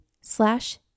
slash